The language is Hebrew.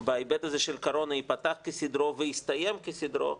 בהיבט של קורונה הוא ייפתח כסדרו ויסתיים כסדרו,